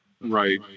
right